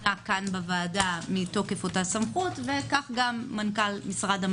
מונה כאן בוועדה מתוקף אותה סמכות וכך גם מנכ"ל משרד מבקר המדינה.